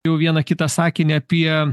jau vieną kitą sakinį apie